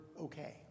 okay